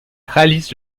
réalise